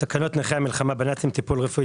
פה אחד צו נכי המלחמה בנאצים (שינוי שיעור התגמולים),